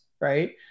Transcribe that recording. right